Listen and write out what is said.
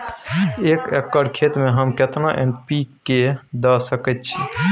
एक एकर खेत में हम केतना एन.पी.के द सकेत छी?